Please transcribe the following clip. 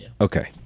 Okay